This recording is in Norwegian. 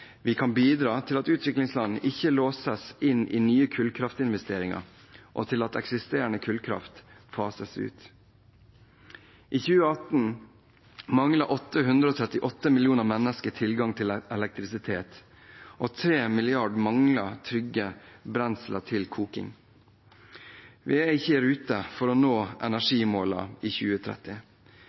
vi kan bidra til at utviklingsland ikke låses i nye kullkraftinvesteringer og at eksisterende kullkraft fases ut. I 2018 manglet 838 millioner mennesker tilgang til elektrisitet, og 3 milliarder mangler trygt brensel til koking. Vi er ikke i rute for å nå energimålene i 2030.